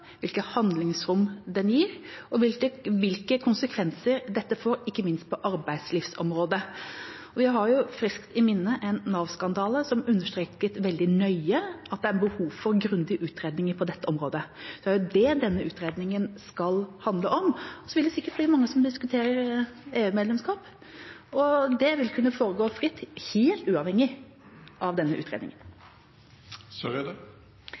handlingsrom det gir, og hvilke konsekvenser dette får, ikke minst på arbeidslivsområdet. Vi har jo friskt i minne en Nav-skandale, som understreket veldig nøye at det er behov for grundige utredninger på dette området. Det er det denne utredningen skal handle om. Så vil det sikkert bli mange diskusjoner om EU-medlemskap, og de vil kunne foregå fritt, helt uavhengig av denne